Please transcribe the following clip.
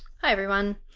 hi everyone.